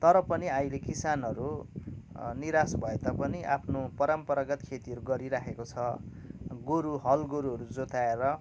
तर पनि अहिले किसानहरू निराश भए तापनि आफ्नो परम्परागत खेतीहरू गरिराखेको छ गोरु हलगोरुहरू जोताएर